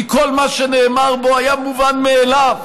כי כל מה שנאמר בו היה מובן מאליו.